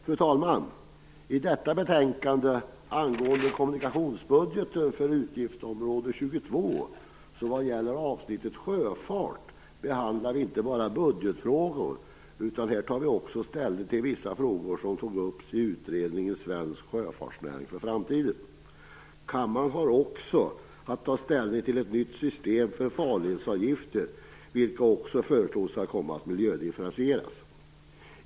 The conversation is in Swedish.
Fru talman! I detta betänkande angående kommunikationsbudgeten för utgiftsområde 22, vad gäller avsnittet sjöfart, behandlar vi inte bara budgetfrågor utan tar också ställning till vissa frågor som togs upp i utredningen Svensk sjöfartsnäring för framtiden. Kammaren har också att ta ställning till ett nytt system för farledsavgifter, vilka också enligt förslaget kan komma att miljödifferentieras.